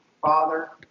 father